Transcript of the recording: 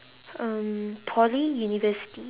um poly university